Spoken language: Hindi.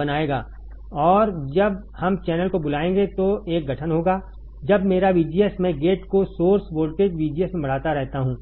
बनाएगा और जब हम चैनल को बुलाएंगे तो एक गठन होगा जब मेरा VGS मैं गेट को सोर्स वोल्टेज VGS में बढ़ाता रहता हूं